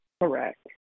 correct